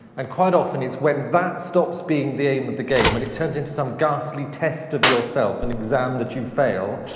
and quite often, it's when that stops being the aim of the game, when it turns into some ghastly test of yourself, an exam that you fail,